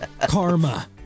Karma